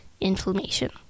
inflammation